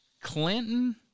Clinton